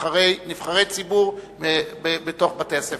נבחרי ציבור בתוך בתי-הספר.